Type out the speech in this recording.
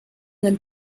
del